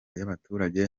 y’abaturage